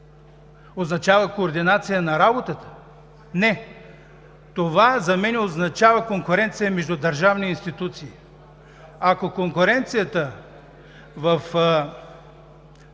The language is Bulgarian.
Означава координация на работата? Не. За мен това означава конкуренция между държавни институции. Ако конкуренцията в